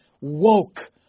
woke